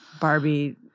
Barbie